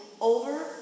over